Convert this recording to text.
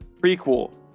prequel